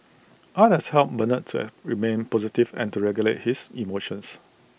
art has helped Bernard to remain positive and to regulate his emotions